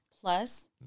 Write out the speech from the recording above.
Plus